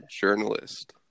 journalist